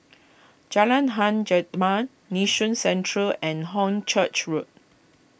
Jalan Hang jet man Nee Soon Central and Hornchurch Road